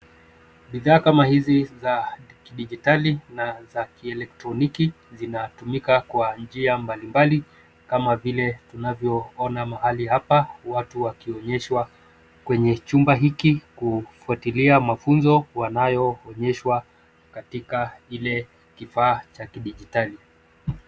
Bidhaa kama hizi za kidijitali na za kielektroniki, zinatumika kwa njia mbalimbali kama vile tunavyoona mahali hapa watu wakionyeshwa kwenye chumba hiki kufuatilia mafunzo wanayoonyeshwa katika ile kifaa cha kidijitali.